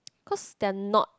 cause they're not